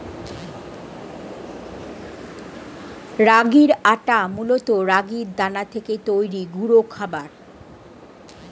রাগির আটা মূলত রাগির দানা থেকে তৈরি গুঁড়ো খাবার